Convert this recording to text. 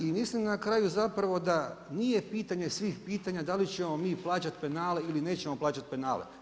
I mislim na kraju zapravo da nije pitanje svih pitanja da li ćemo mi plaćati penale ili nećemo plaćati penale.